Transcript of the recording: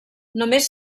només